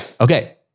Okay